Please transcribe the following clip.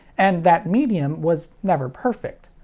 and that medium was never perfect.